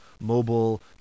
mobile